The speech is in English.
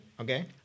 Okay